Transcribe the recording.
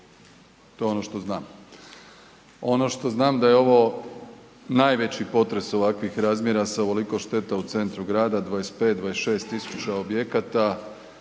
to je ono što znam. Ono što znam da je ovo najveći potres ovakvih razmjera sa ovoliko šteta u centru grada 25-26.000 objekata